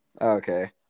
okay